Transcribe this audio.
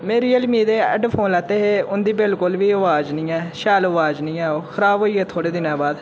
मैं Realme दे headphone लैते हे उन्दी बिलकुल बी अवाज नी ऐ शैल अवाज नी ऐ ओह् खराब होई गे थोह्ड़े दिनें बाद